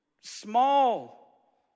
Small